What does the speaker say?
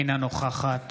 אינה נוכחת